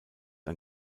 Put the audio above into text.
ein